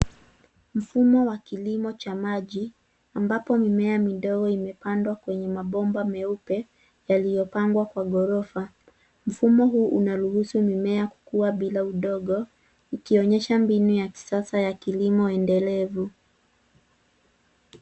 Mfumo wa kilimo cha maji ambapo mimea midogo imepandwa kwenye mabomba meupe, yaliyopangwa kwa ghorofa. Mfumo huu unaruhusu mimea kukua bila udongo ikionyesha mbinu ya kisasa ya kilimo endelevu.